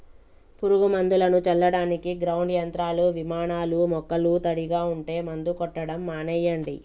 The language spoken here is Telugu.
పురుగు మందులను చల్లడానికి గ్రౌండ్ యంత్రాలు, విమానాలూ మొక్కలు తడిగా ఉంటే మందు కొట్టడం మానెయ్యండి